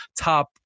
top